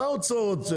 מה הוצאות?